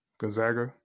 Gonzaga